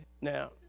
now